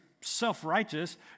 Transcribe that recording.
Self-Righteous